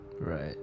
Right